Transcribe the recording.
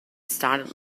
standard